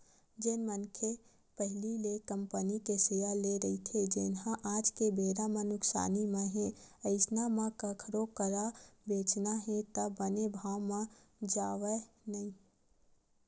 जेन मनखे पहिली ले कंपनी के सेयर लेए रहिथे जेनहा आज के बेरा म नुकसानी म हे अइसन म कखरो करा बेंचना हे त बने भाव म जावय नइ